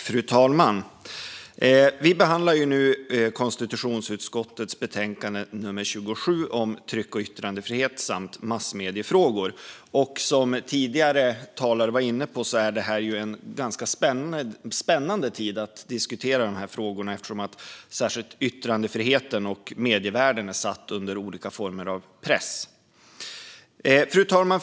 Fru talman! Vi behandlar nu konstitutionsutskottets betänkande 27 om tryck och yttrandefrihet och massmediefrågor. Som tidigare talare varit inne på är det en spännande tid att diskutera dessa frågor eftersom särskilt yttrandefriheten och medievärlden är satt under olika former av press. Fru talman!